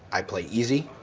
i play easy.